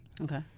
okay